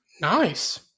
nice